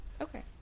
okay